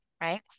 right